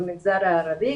במגזר הערבי,